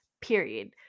period